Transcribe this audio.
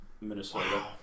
Minnesota